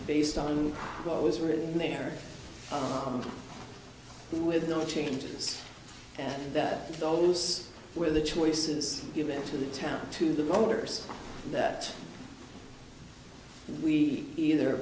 based on what was written there with no changes and that those were the choices given to the town to the voters that we either